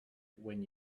when